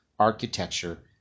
architecture